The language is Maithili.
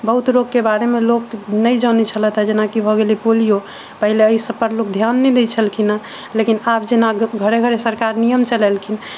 बहुत रोग के बारे मे लोक नहि जनै छलैथ जेनाकि भऽ गेल पोलियो पहिले एहि सब पर लोक ध्यान नहि दै छलखिन हँ लेकिन आब जेना घरे घरे सरकार नियम चलेलखिन